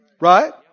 right